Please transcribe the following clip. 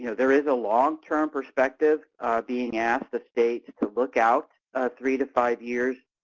you know there is a long-term perspective being asked the states to look out three to five years,